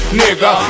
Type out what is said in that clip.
nigga